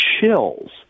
chills